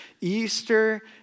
Easter